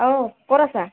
অও ক'ত আছা